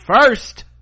first